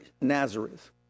Nazareth